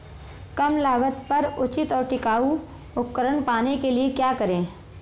कम लागत पर उचित और टिकाऊ उपकरण पाने के लिए क्या करें?